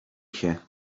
się